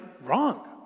wrong